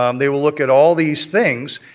um they will look at all these things.